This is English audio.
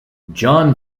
john